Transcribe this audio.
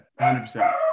100%